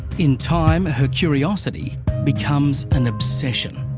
in time her curiosity becomes an obsession.